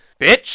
Bitch